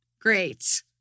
Great